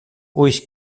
ulls